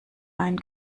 einen